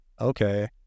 Okay